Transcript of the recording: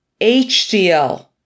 HDL